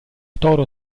toro